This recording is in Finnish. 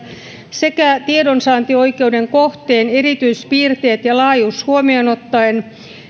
sekä tiedonsaantioikeuden kohteen erityispiirteet ja laajuus huomioon ottaen